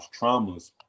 traumas